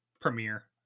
premiere